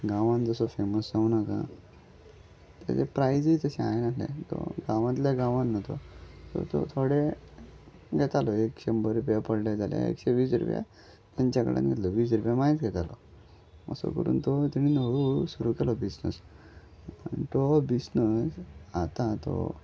गांवान जसो फेमस जावं नाका तेजे प्रायझूय तशें हाय नासलें तो गांवांतल्या गांवांत न्हूं तो सो तो थोडे घेतालो एक शंबर रुपया पडले जाल्यार एकशें वीस रुपया तेंच्या कडल्यान घेतलो वीस रुपया मायझ घेतालो असो करून तो तेणीं हळू सुरू केलो बिझनस आनी तो बिझनस आतां तो